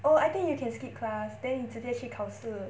oh I think you can skip class then 你直接去考试